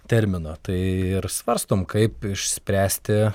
termino tai ir svarstom kaip išspręsti